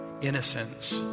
innocence